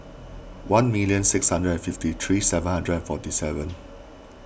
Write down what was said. one million sixteen hundred and fifty three seven hundred and forty seven